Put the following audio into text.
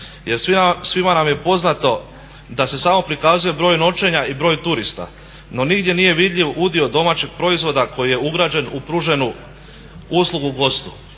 Jer svima nam je poznato da se samo prikazuje broj noćenja i broj turista, no nigdje nije vidljiv udio domaćeg proizvoda koji je ugrađen u pruženu uslugu gostu.